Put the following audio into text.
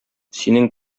синең